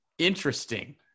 interesting